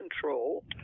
control